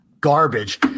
garbage